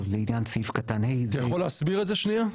לעניין סעיף קטן (ה)." אתה יכול להסביר את זה שנייה?